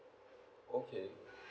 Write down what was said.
okay